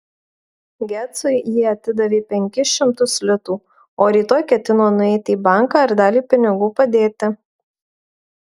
gecui ji atidavė penkis šimtus litų o rytoj ketino nueiti į banką ir dalį pinigų padėti